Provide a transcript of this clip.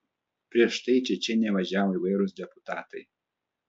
prieš tai į čečėniją važiavo įvairūs deputatai